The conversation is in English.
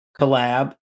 collab